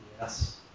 yes